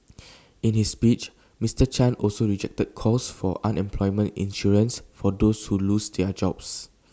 in his speech Mister chan also rejected calls for unemployment insurance for those who lose their jobs